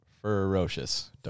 ferocious